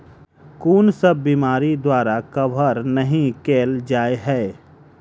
कुन सब बीमारि द्वारा कवर नहि केल जाय है?